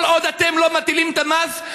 כל עוד אתם לא מטילים את המס,